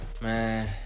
Man